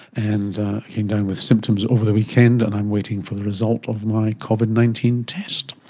and came down with symptoms over the weekend and i'm waiting for the result of my covid nineteen test.